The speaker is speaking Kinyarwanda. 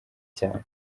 cyane